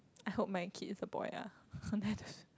I hope my kid is a boy ah